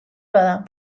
bada